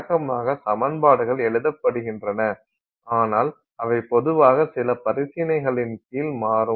வழக்கமாக சமன்பாடுகள் எழுதப்படுகின்றன ஆனால் அவை பொதுவாக சில பரிசீலனைகளின் கீழ் மாறும்